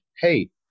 hey